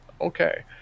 Okay